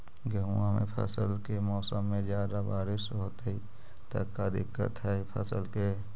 गेहुआ के फसल के मौसम में ज्यादा बारिश होतई त का दिक्कत हैं फसल के?